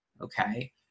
Okay